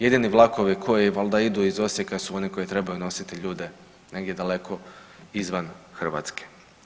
Jedini vlakovi koji valda idu iz Osijeka su oni koji trebaju nositi ljude negdje daleko izvan Hrvatske.